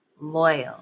loyal